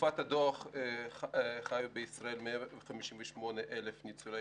בתקופת הדוח חיו בישראל 158,000 ניצולי